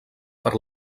per